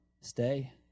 Stay